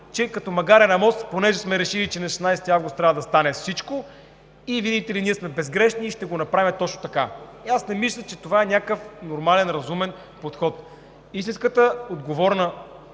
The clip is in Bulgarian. като магаре на мост, че тъй като сме решили, че на 16 август трябва да стане всичко?! Видите ли, ние сме безгрешни и ще го направим точно така. Не мисля, че това е някакъв нормален, разумен подход. Истинската отговорна